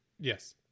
Yes